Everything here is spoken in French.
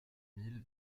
mille